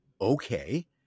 okay